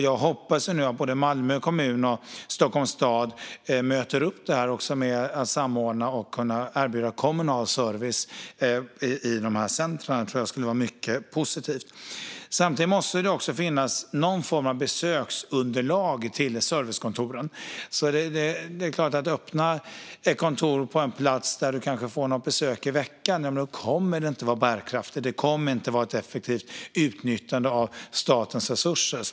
Jag hoppas nu att både Malmö kommun och Stockholms stad möter upp det med att samordna och kunna erbjuda kommunal service i de centren. Det skulle vara mycket positivt. Samtidigt måste det finnas någon form av besöksunderlag till servicekontoren. Att öppna ett kontor på en plats där man kanske får något besök i veckan kommer inte att vara bärkraftigt. Det kommer inte att vara ett effektivt utnyttjande av statens resurser.